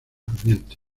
ambiente